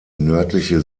nördliche